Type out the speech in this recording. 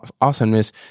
awesomeness